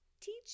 teach